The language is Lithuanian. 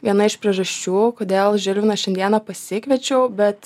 viena iš priežasčių kodėl žilviną šiandieną pasikviečiau bet